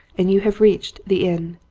and you have reached the inn.